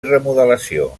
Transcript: remodelació